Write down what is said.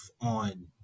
on